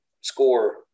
score